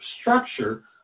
structure